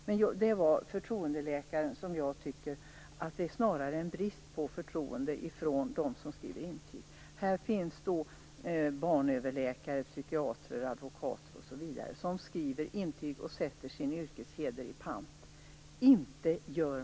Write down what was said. När det gäller förtroendeläkare tycker jag snarare att det finns en brist på förtroende för dem som skriver intyg. Här finns barnöverläkare, psykiatrer, advokater osv. som skriver intyg och sätter sin yrkesheder i pant.